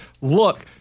look